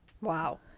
wow